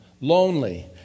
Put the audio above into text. lonely